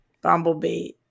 bumblebee